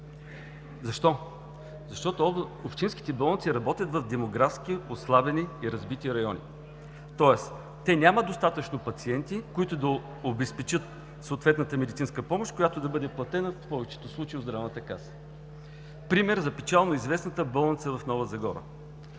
Защо? Защото общинските болници работят в демографски отслабени райони, тоест те нямат достатъчно пациенти, които да обезпечат съответната медицинска помощ, която да бъде платена в повечето случаи от Здравната каса. Пример – печално известната болница в Нова Загора.